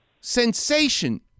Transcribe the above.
sensation